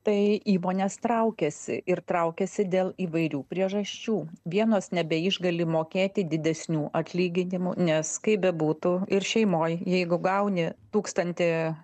tai įmonės traukiasi ir traukiasi dėl įvairių priežasčių vienos nebeišgali mokėti didesnių atlyginimų nes kaip bebūtų ir šeimoj jeigu gauni tūkstantį